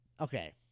Okay